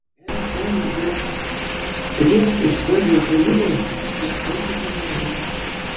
lndt kvies istorijų kūrybai ieškoti gyvenime